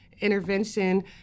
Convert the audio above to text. intervention